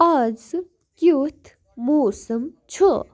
آز کیُتھ موسم چھُ